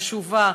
קשובה,